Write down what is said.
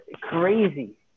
crazy